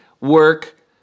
work